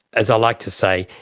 as i like to say,